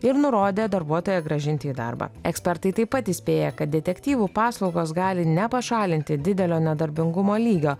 ir nurodė darbuotoją grąžinti į darbą ekspertai taip pat įspėja kad detektyvų paslaugos gali nepašalinti didelio nedarbingumo lygio